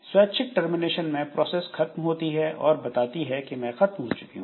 स्वैच्छिक टर्मिनेशन में प्रोसेस खत्म होती है और बताती है कि मैं खत्म हो चुकी हूं